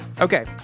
Okay